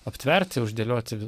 aptverti uždėlioti